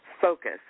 focus